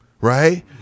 right